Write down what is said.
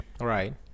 right